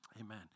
Amen